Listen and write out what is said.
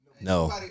No